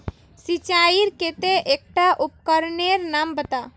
सिंचाईर केते एकटा उपकरनेर नाम बता?